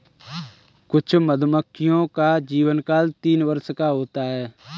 कुछ मधुमक्खियों का जीवनकाल तीन वर्ष का होता है